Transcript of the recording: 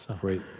Great